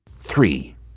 Three